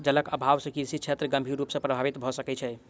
जलक अभाव से कृषि क्षेत्र गंभीर रूप सॅ प्रभावित भ सकै छै